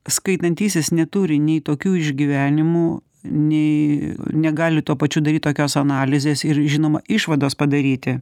skaitantysis neturi nei tokių išgyvenimų nei negali tuo pačiu daryt tokios analizės ir žinoma išvados padaryti